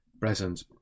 present